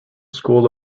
school